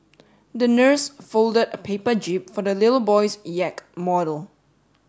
the nurse folded a paper jib for the little boy's yacht model